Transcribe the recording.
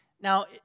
Now